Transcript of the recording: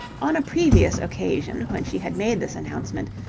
on a previous occasion when she had made this announcement,